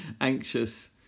anxious